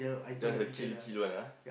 just a chill chill one ah